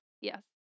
Yes